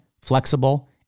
flexible